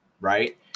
right